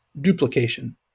duplication